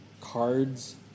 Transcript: cards